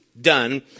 done